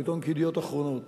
על עיתון כ"ידיעות אחרונות",